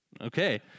Okay